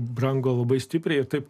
brango labai stipriai taip